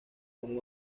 con